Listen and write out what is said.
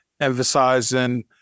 emphasizing